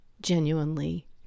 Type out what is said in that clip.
genuinely